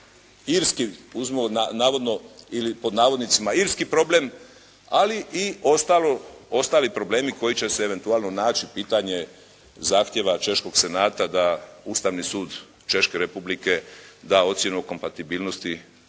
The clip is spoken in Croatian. irski uzmimo navodno, ili pod navodnicima "irski problem", ali i ostali problemi koji će se eventualno naći pitanje zahtjeva češkog senata da ustavni sud Češke Republike da ocjenu kompatibilnosti